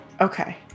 Okay